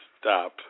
Stop